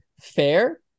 Fair